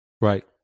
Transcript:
Right